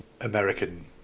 American